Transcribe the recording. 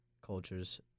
cultures